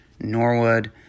Norwood